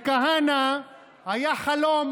לכהנא היה חלום: